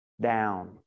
down